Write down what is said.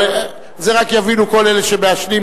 אבל את זה יבינו כל אלה שמעשנים